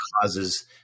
causes